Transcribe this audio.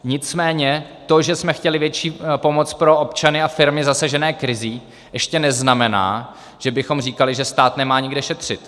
Nicméně to, že jsme chtěli větší pomoc pro občany a firmy zasažené krizí, ještě neznamená, že bychom říkali, že stát nemá nikde šetřit.